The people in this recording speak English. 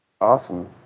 Awesome